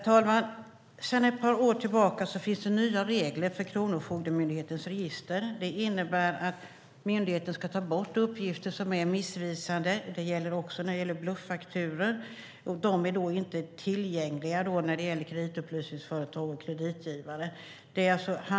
Herr talman! Sedan ett par år tillbaka finns det nya regler för Kronofogdemyndighetens register. Det innebär att myndigheten ska ta bort uppgifter som är missvisande. Det gäller också bluffakturor, som då inte är tillgängliga för kreditupplysningsföretag och kreditgivare.